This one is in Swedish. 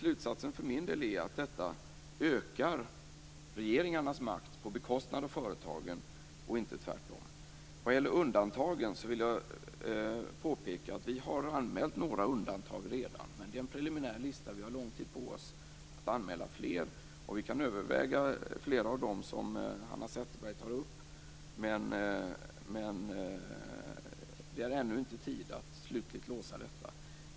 Slutsatsen för min del är att detta ökar regeringarnas makt på bekostnad av företagens, och inte tvärtom. Vad gäller undantagen vill jag påpeka att vi har anmält några undantag redan. Men det är en preliminär lista. Vi har lång tid på oss att anmäla fler. Vi kan överväga flera av dem som Hanna Zetterberg tar upp, men det är ännu inte tid att slutligt låsa detta.